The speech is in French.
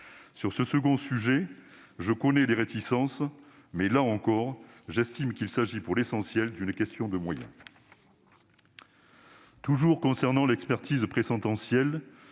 Sur ce second sujet, je connais les réticences, mais, là encore, j'estime qu'il s'agit pour l'essentiel d'une question de moyens. Toujours en ce qui concerne l'expertise présentencielle,